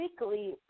weekly